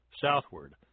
southward